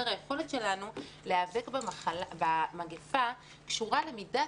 היכולת שלנו להיאבק במגיפה קשורה למידת